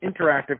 interactive